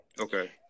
Okay